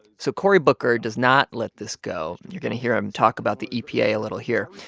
so cory booker does not let this go. you're going to hear him talk about the epa a little here.